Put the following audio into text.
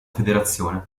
federazione